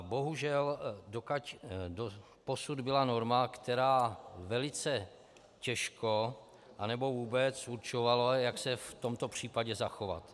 Bohužel doposud byla norma, která velice těžko anebo vůbec určovala, jak se v tomto případě zachovat.